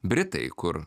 britai kur